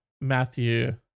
Matthew